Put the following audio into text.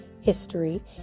history